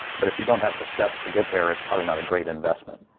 but if you don't have the steps to get there, it's probably not a great investment,